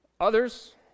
Others